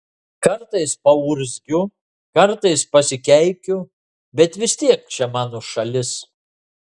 kartais paurzgiu kartais pasikeikiu bet vis tiek čia mano šalis